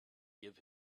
give